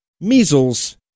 measles